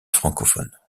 francophones